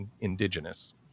indigenous